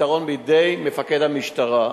הפתרון בידי מפקד המשטרה.